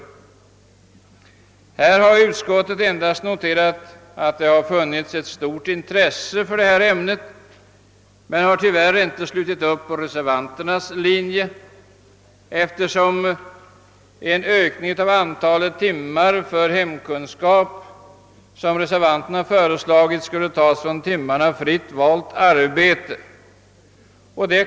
På denna punkt har utskottet endast noterat att det finns ett stort intresse för ämnet, men utskottet har tyvärr inte valt reservanternas väg, eftersom den ökning av antalet timmar i hemkunskap, som reservanterna föreslagit, skulle gå ut över timmarna för fritt valt arbete.